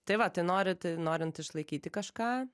tai va tai norit norint išlaikyti kažką